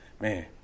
Man